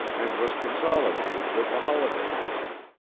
and was consolidated with the holladay company.